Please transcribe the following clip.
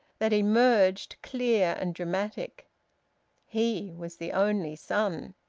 that emerged clear and dramatic he was the only son.